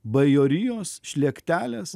bajorijos šlektelės